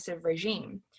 regime